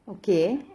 okay